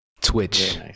twitch